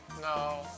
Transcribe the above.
No